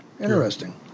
Interesting